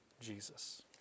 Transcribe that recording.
Jesus